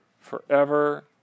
forever